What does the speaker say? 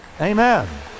Amen